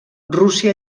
rússia